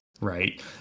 right